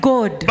God